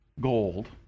gold